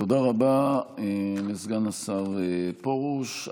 תודה רבה לסגן השר פרוש.